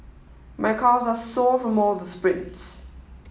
my calves are sore from all the sprints